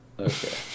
Okay